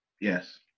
Yes